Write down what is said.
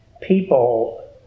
People